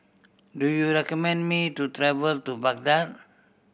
do you recommend me to travel to Baghdad